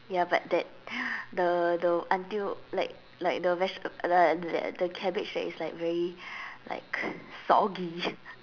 ya but that the the until like like the veg~ uh the the cabbage that is like very like soggy